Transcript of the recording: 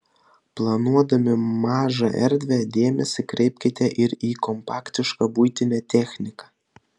planuodami mažą erdvę dėmesį kreipkite ir į kompaktišką buitinę techniką